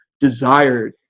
desired